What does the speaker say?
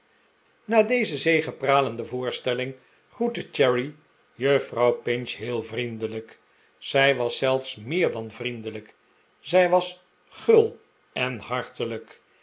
na deze zegepralende voorstelling groette cherry juffrouw pinch heel vriendelijk zij was zelfs meer dan vriendelijk zij was gul en hartelijk